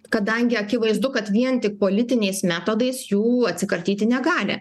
kadangi akivaizdu kad vien tik politiniais metodais jų atsikratyti negali